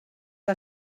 que